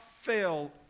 fail